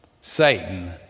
Satan